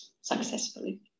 successfully